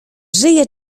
żyje